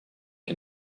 can